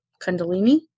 Kundalini